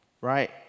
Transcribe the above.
right